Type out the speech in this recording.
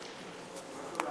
אדוני